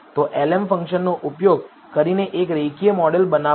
તો lm ફંક્શનનો ઉપયોગ કરીને એક રેખીય મોડેલ બનાવવું